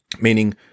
meaning